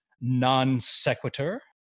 Non-Sequitur